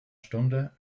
stunde